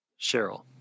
Cheryl